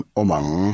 omang